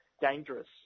dangerous